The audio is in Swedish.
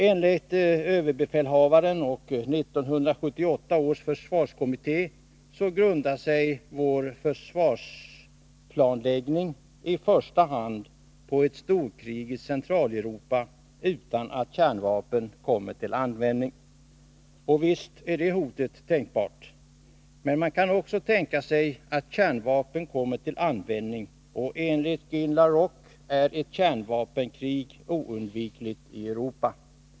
Enligt överbefälhavaren och 1978 års försvarskommitté grundar sig vår försvarsplanläggning i första hand på förutsättningen om ett storkrig i Centraleuropa, utan att kärnvapen kommer till användning. Och visst är det hotet tänkbart. Men man kan också tänka sig att kärnvapen kommer till användning. Enligt Gene la Roque är ett kärnvapenkrig oundvikligt i Europa.